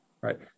right